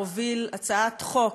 הוביל הצעת חוק